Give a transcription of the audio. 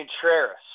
Contreras